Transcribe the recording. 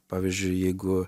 pavyzdžiui jeigu